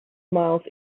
miles